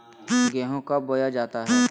गेंहू कब बोया जाता हैं?